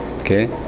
okay